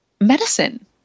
medicine